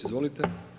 Izvolite.